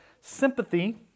sympathy